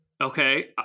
Okay